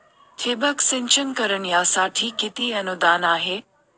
ठिबक सिंचन करण्यासाठी किती अनुदान आहे?